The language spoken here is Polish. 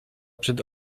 przed